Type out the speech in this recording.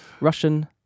Russian